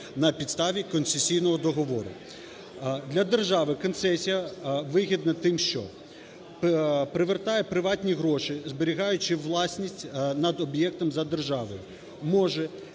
на підставі концесійного договору. Для держави концесія вигідна тим, що привертає приватні гроші, зберігаючи власність над об'єктом за державою; може